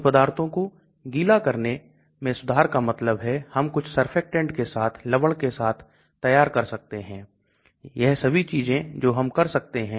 क्योंकि आवेश आयनीकरण यह सभी घुलनशीलता का निर्धारण करते हैं यही कारण है की घुलनशीलता और पारगम्यता एक प्रकार से विरोधी हैं